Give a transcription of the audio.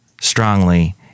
strongly